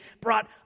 brought